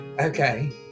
Okay